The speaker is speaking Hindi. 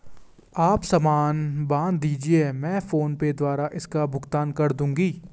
आप सामान बांध दीजिये, मैं फोन पे द्वारा इसका भुगतान कर दूंगी